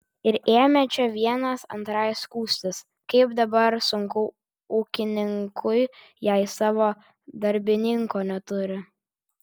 ir ėmė čia vienas antrai skųstis kaip dabar sunku ūkininkui jei savo darbininko neturi